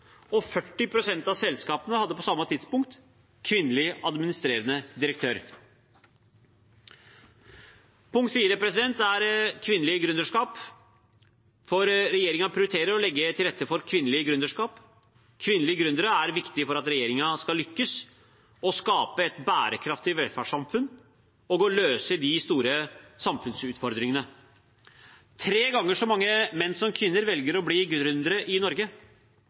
og 40 pst av selskapene hadde på samme tidspunkt kvinnelig administrerende direktør. Punkt 4 er kvinnelig gründerskap. Regjeringen prioriterer å legge til rette for kvinnelig gründerskap. Kvinnelige gründere er viktige for at regjeringen skal lykkes med å skape et bærekraftig velferdssamfunn og løse de store samfunnsutfordringene. Tre ganger så mange menn som kvinner velger å bli gründere i Norge.